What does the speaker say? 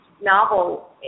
novel